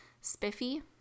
spiffy